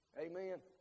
Amen